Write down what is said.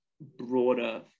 broader